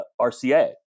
RCA